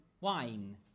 Wine